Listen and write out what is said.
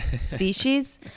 species